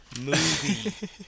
movie